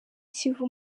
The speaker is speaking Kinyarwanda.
kivu